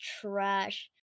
trash